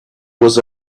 was